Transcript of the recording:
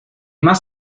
más